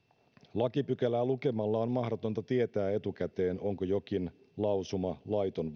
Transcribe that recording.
lakipykälää lukemalla on mahdotonta tietää etukäteen onko jokin lausuma laiton